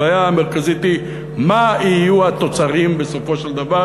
הבעיה המרכזית היא מה יהיו התוצרים בסופו של דבר